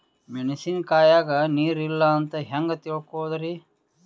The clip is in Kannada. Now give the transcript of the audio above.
ಮೆಣಸಿನಕಾಯಗ ನೀರ್ ಇಲ್ಲ ಅಂತ ಹೆಂಗ್ ತಿಳಕೋಳದರಿ?